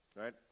right